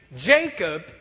Jacob